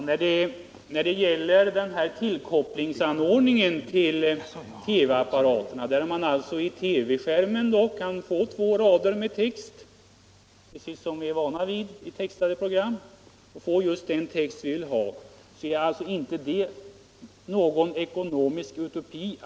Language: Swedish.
Herr talman! Den tillkopplingsanordning till TV:n med vars hjälp man kan få två rader text på bildskärmen, precis som vi är vana vid i textade program — och dessutom få just den text vi vill ha — är inte alls någon 93 ekonomisk utopi.